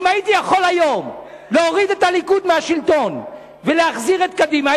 אם הייתי יכול היום להוריד את הליכוד מהשלטון ולהחזיר את קדימה,